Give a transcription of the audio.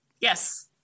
Yes